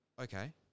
Okay